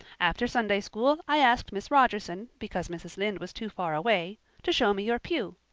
after sunday school i asked miss rogerson because mrs. lynde was too far away to show me your pew.